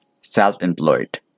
self-employed